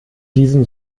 diesem